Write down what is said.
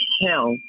hell